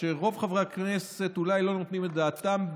רוב חברי הכנסת אולי לא נותנים את דעתם,